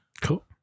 Cool